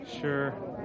Sure